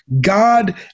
God